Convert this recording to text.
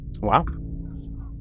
Wow